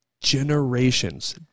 generations